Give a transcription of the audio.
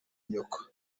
nyoko